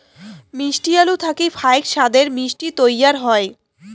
মিষ্টি আলু থাকি ফাইক সাদের মিষ্টি তৈয়ার হই